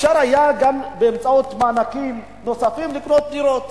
אפשר היה גם באמצעות מענקים נוספים לקנות דירות,